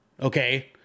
Okay